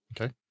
Okay